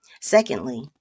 Secondly